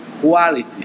quality